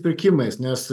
pirkimais nes